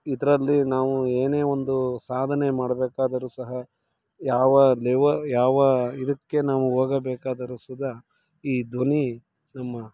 ಇದರಲ್ಲಿ ನಾವು ಏನೇ ಒಂದು ಸಾಧನೆ ಮಾಡಬೇಕಾದರೂ ಸಹ ಯಾವ ಯಾವ ಇದಕ್ಕೆ ನಾವು ಹೋಗಬೇಕಾದರೂ ಸಹಿತ ಈ ಧ್ವನಿ ನಮ್ಮ